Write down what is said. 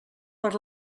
per